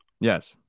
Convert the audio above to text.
Yes